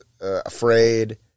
afraid